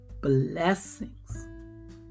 blessings